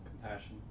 compassion